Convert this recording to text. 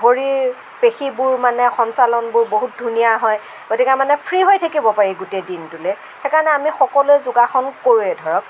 ভৰিৰ পেশীবোৰ মানে সঞ্চালনবোৰ বহুত ধুনীয়া হয় গতিকে মানে ফ্ৰী হৈ থাকিব পাৰি গোটেই দিনটোলে সেইকাৰণে আমি সকলোৱে যোগাসন কৰোঁৱেই ধৰক